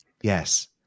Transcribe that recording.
Yes